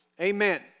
Amen